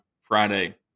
Friday